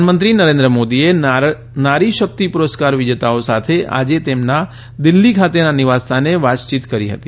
પ્રધાનમંત્રી નરેન્દ્ર મોદીએ નારીશક્તિ પુરસ્કાર વિજેતાઓ સાથે આજે તેમના દિલ્હી ખાતેના નિવાસસ્થાને વાતયીત કરી હતી